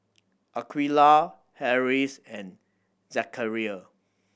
Aqeelah Harris and Zakaria